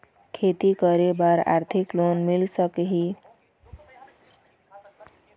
खेती करे बर आरथिक लोन मिल सकही?